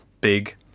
big